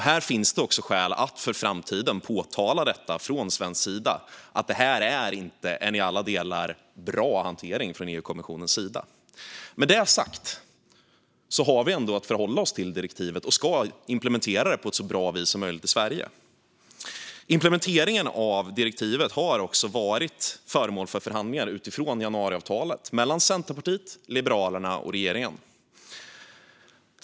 Det finns skäl att inför framtiden påtala från svensk sida att det inte varit en i alla delar bra hantering från EU-kommissionens sida. Med det sagt har vi ändå att förhålla oss till direktivet, och vi ska implementera det på ett så bra vis som möjligt i Sverige. Implementeringen av direktivet har också varit föremål för förhandlingar utifrån januariavtalet mellan Centerpartiet, Liberalerna och regeringen.